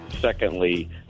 Secondly